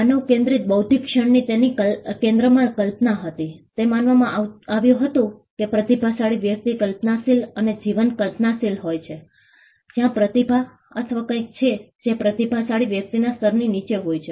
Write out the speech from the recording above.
માનવ કેન્દ્રિત બૌદ્ધિક ક્ષણની તેના કેન્દ્રમાં કલ્પના હતી તે માનવામાં આવતું હતું કે પ્રતિભાશાળી વ્યક્તિ કલ્પનાશીલ અને જીવંત કલ્પનાશીલ હોય છે જ્યાં પ્રતિભા અથવા કંઈક છે જે પ્રતિભાશાળી વ્યક્તિ ના સ્તરની નીચે હોય છે